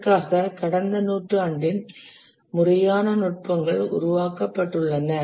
அதற்காக கடந்த நூற்றாண்டில் முறையான நுட்பங்கள் உருவாக்கப்பட்டுள்ளன